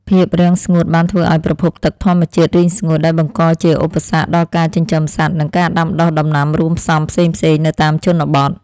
ភាពរាំងស្ងួតបានធ្វើឱ្យប្រភពទឹកធម្មជាតិរីងស្ងួតដែលបង្កជាឧបសគ្គដល់ការចិញ្ចឹមសត្វនិងការដាំដុះដំណាំរួមផ្សំផ្សេងៗនៅតាមជនបទ។